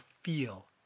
feel